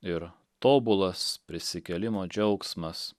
ir tobulas prisikėlimo džiaugsmas